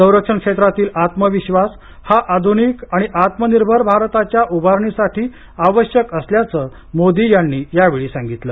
संरक्षण क्षेत्रातील आत्मविश्वास हा आध्निक आणि आत्मनिर्भर भारताच्या उभारणीसाठी आवश्यक असल्याचं मोदी यांनी यावेळी सांगितलं